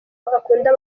akunda